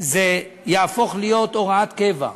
זה יהפוך להיות הוראת קבע,